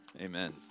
amen